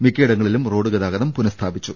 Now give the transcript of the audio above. മിക്ക യിടങ്ങളിലും റോഡ് ഗതാഗതം പുനഃസ്ഥാപിച്ചു